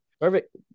perfect